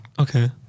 Okay